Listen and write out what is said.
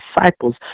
disciples